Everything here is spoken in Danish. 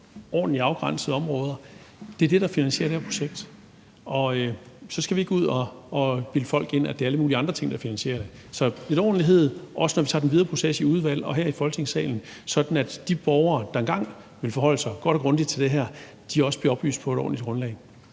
ordentlig afgrænsede områder. Det er det, der finansierer det her projekt. Og så skal vi ikke ud at bilde folk ind, at det er alle mulige andre ting, der finansierer det. Så lidt ordentlighed er godt, også når vi tager den videre proces i udvalget og her i Folketingssalen, sådan at de borgere, der engang vil forholde sig godt og grundigt til det her, også bliver oplyst på et ordentligt grundlag.